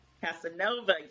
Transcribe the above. Casanova